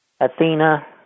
Athena